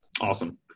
awesome